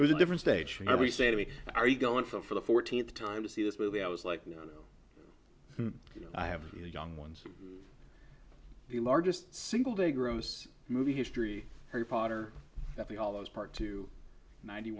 it was a different stage and every say to me are you going for the fourteenth time to see this movie i was like no you know i have a young ones the largest single day gross movie history harry potter the all those part to ninety